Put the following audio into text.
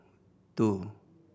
two